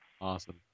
Awesome